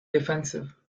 defensive